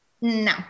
No